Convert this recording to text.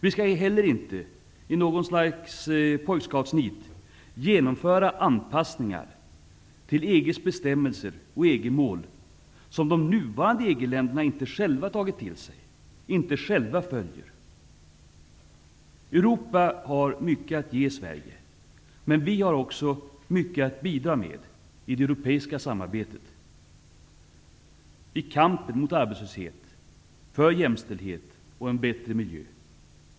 Vi skall inte heller i någon slags pojkscoutsnit genomföra anpassningar till EG:s bestämmelser och EG-mål som de nuvarande EG-länder inte själva tagit till sig och inte själva följer. Europa har mycket att ge Sverige, men vi har också mycket att bidra med i det europeiska samarbetet, i kampen mot arbetslöshet, för jämställdhet och en bättre miljö.